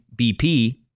BP